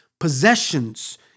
possessions